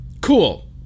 cool